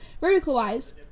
Vertical-wise